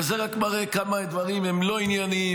וזה רק מראה כמה הדברים לא ענייניים,